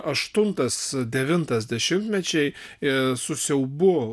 aštuntas devintas dešimtmečiai ir su siaubu